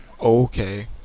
Okay